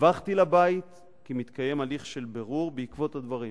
דיווחתי לבית כי מתקיים הליך של בירור בעקבות הדברים.